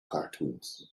cartoons